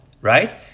right